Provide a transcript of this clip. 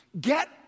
get